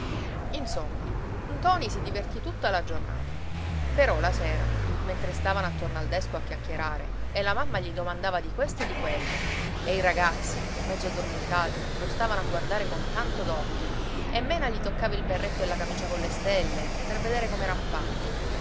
insomma ntoni si divertì tutta la giornata però la sera mentre stavano attorno al desco a chiacchierare e la mamma gli domandava di questo e di quello e i ragazzi mezzo addormentati lo stavano a guardare con tanto d'occhi e mena gli toccava il berretto e la camicia colle stelle per vedere